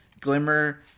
Glimmer